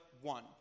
one